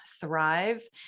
thrive